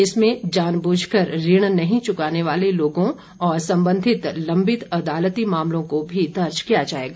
इसमें जानबूझकर ऋण नहीं चुकाने वाले लोगों और संबंधित लंबित अदालती मामलों को भी दर्ज किया जाएगा